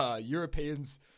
Europeans